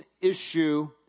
issue